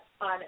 on